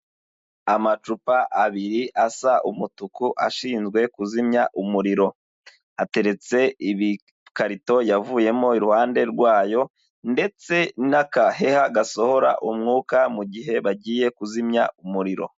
Amacupa abiri asa umutuku ashinzwe kuzimya umuriro, ateretse ibikarito yavuyemo iruhande rwayo ndetse n'agaheha gasohora umwuka mu gihe bagiye kuzimya umuriro.